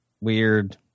weird